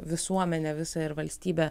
visuomenę visą ir valstybę